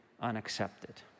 unaccepted